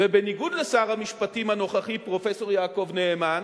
ובניגוד לשר המשפטים הנוכחי, פרופסור יעקב נאמן,